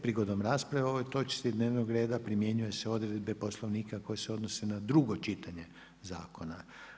Prigodom rasprave o ovoj točci dnevnog reda primjenjuju se odredbe Poslovnika koji se odnosi na drugo čitanje zakona.